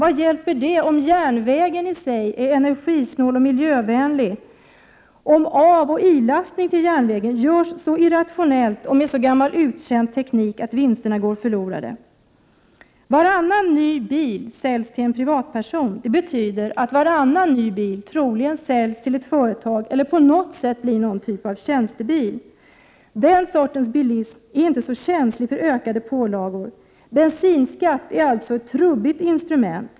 Vad hjälper det om järnvägen i sig är energisnål och miljövänlig om avoch ilastning till järnvägen görs så irrationellt och med så gammal uttjänt teknik att vinsterna går förlorade? Varannan ny bil säljs till en privatperson. Det betyder således att varannan ny bil troligen säljs till ett företag, eller på annat sätt blir någon typ av tjänstebil. Den sortens bilism är inte så känslig för ökade pålagor. Bensinskatt är alltså ett trubbigt instrument.